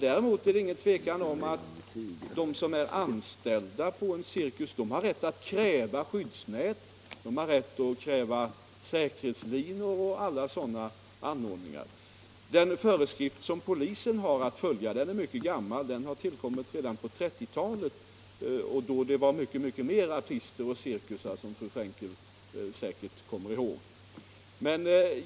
Däremot är det helt klart att de som är anställda vid en cirkus har rätt att kräva skyddsnät, säkerhetslinor och liknande anordningar. Den föreskrift som polisen har att följa i sådana här fall är mycket gammal. Den tillkom redan på 1930-talet. Då fanns det många fler cirkusar och artister, vilket fru Frenkel säkert kommer ihåg.